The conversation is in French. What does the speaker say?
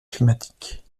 climatique